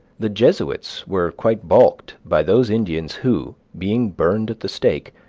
the jesuits were quite balked by those indians who, being burned at the stake,